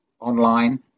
online